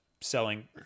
selling